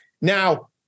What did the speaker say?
Now